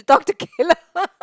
talk to Caleb